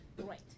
right